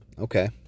Okay